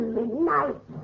midnight